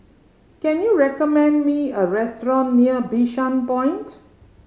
can you recommend me a restaurant near Bishan Point